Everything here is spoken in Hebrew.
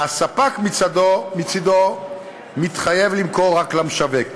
והספק מצדו מתחייב למכור רק למשווק.